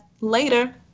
later